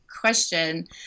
question